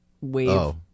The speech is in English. wave